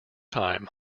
time